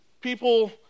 people